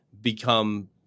become